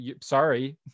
sorry